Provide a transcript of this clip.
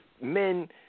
men